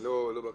אני לא בקיא.